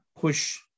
push